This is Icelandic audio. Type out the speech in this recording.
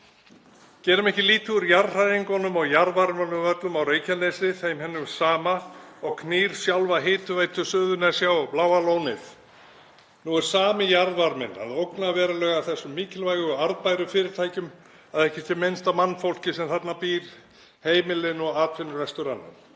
Gerum ekki lítið úr jarðhræringunum og jarðvarmanum öllum á Reykjanesi, þeim hinum sama og knýr sjálfa hitaveitu Suðurnesja og Bláa lónið. Nú er sami jarðvarminn að ógna verulega þessum mikilvægu og arðbæru fyrirtækjum, að ekki sé minnst á mannfólkið sem þarna býr, heimilin og atvinnurekstur annan.